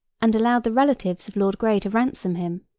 and allowed the relatives of lord grey to ransom him,